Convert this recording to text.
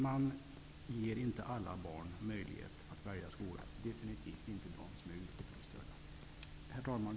Man ger inte alla barn möjlighet att välja skola, definitivt inte de barn som är utvecklingsstörda. Herr talman!